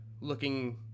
looking